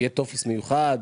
יהיה טופס מיוחד?